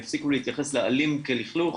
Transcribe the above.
יפסיקו להתייחס לעלים כלכלוך.